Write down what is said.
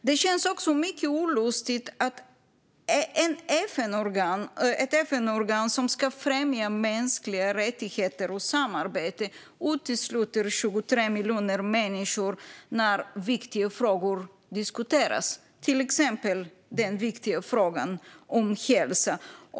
Det känns också mycket olustigt att ett FN-organ som ska främja mänskliga rättigheter och samarbete utesluter 23 miljoner människor när viktiga frågor diskuteras, till exempel den viktiga frågan om hälsa.